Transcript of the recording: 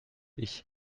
ich